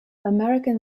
american